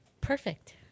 perfect